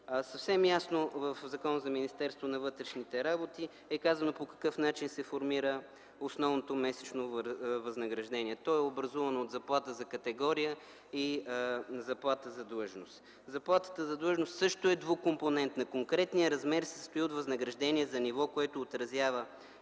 Съвсем ясно в Закона за Министерството на вътрешните работи е казано по какъв начин се формира основното месечно възнаграждение. То е образувано от заплата за категория и заплата за длъжност. Заплатата за длъжност също е двукомпонентна. Конкретният размер се състои от възнаграждение за ниво, което отразява